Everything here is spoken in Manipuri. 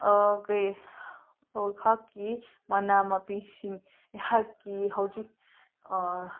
ꯀꯩ ꯑꯩꯍꯥꯛꯀꯤ ꯃꯅꯥ ꯃꯄꯤꯁꯤꯡ ꯑꯩꯍꯥꯛꯀꯤ ꯍꯧꯖꯤꯛ